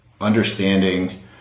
understanding